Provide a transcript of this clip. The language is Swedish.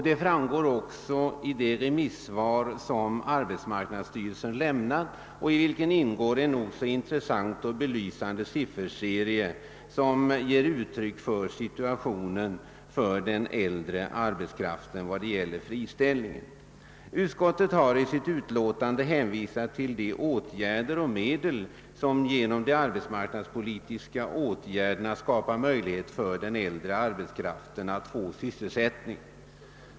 Det framgår även i det remissvar som arbetsmarknadsstyrelsen har lämnat och i vilket ingår en nog så intressant och belysande sifferserie, som ger uttryck åt situationen för den äldre arbetskraften när det gäller friställning. Utskottet har i sitt utlåtande hänvisat till de arbetsmarknadspolitiska åtgärder som vidtagits för att skapa möjlighet för den äldre arbetskraften att få sysselsättning.